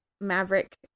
Maverick